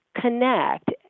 connect